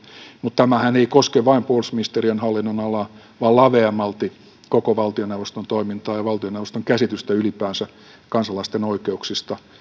mutta tämähän ei koske vain puolustusministeriön hallinnonalaa vaan laveammalti koko valtioneuvoston toimintaa ja valtioneuvoston käsitystä ylipäänsä kansalaisten oikeuksista